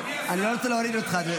אדוני השר, אני לא רוצה להוריד אותך.